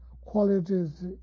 qualities